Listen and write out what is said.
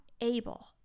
able